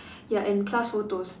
ya and class photos